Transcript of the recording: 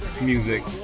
music